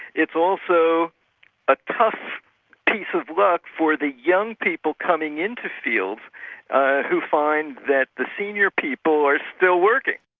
it's also a tough piece of luck for the young people coming into fields who find that the senior people are still working.